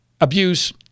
abuse